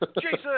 jason